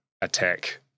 attack